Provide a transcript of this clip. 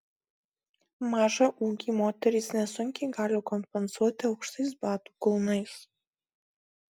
mažą ūgį moterys nesunkiai gali kompensuoti aukštais batų kulnais